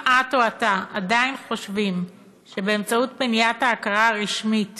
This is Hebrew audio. אם את או אתה עדיין חושבים שבאמצעות מניעת ההכרה הרשמית